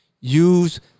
use